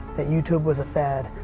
that youtube was a fad.